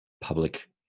public